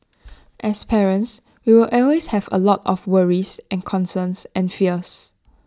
as parents we will always have A lot of worries and concerns and fears